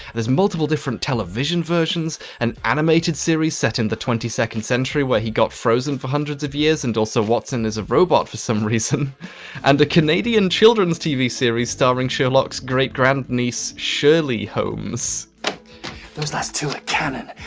there's multiple different television versions, an animated series set in the twenty second century where he got frozen for hundreds of years. and also watson is a robot for some reason and the canadian children's tv series starring sherlock's great-grandniece shirley holmes those last two are canon,